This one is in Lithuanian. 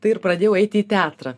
tai ir pradėjau eiti į teatrą